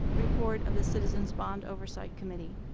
report of the citizens bond oversight committee.